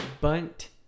Bunt